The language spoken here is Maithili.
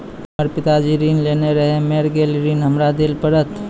हमर पिताजी ऋण लेने रहे मेर गेल ऋण हमरा देल पड़त?